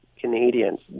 Canadians